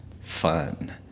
Fun